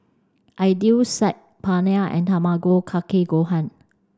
Idili Saag Paneer and Tamago Kake Gohan